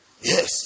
Yes